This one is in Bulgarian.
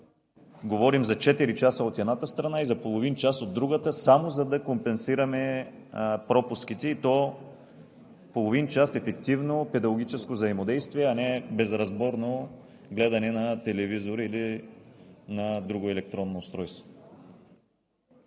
Говорим за четири часа от едната страна и за половин час от другата само за да компенсираме пропуските, и то половин час ефективно педагогическо взаимодействие, а не безразборно гледане на телевизор или на друго електронно устройство.